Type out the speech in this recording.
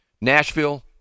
Nashville